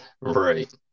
Right